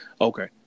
Okay